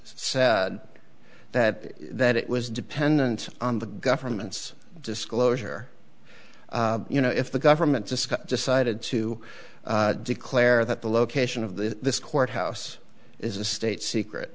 said that that it was dependent on the government's disclosure you know if the government just got decided to declare that the location of the courthouse is a state secret